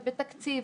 בתקציב,